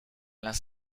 las